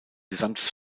gesamtes